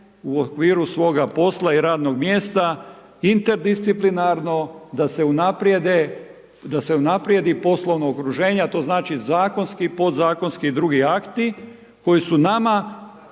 u okviru svoga posla i radnog mjesta interdisciplinarno, da se unaprijede, da se unaprijedi poslovno okruženje a to znači zakonski i podzakonski i drugi akti koji su nama